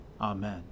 Amen